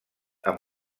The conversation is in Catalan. amb